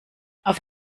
auf